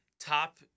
top